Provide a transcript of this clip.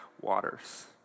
waters